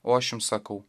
o aš jums sakau